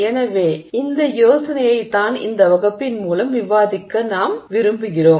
எனவே இந்த யோசனையைத் தான் இந்த வகுப்பின் மூலம் விவாதிக்க நாம் விரும்புகிறோம்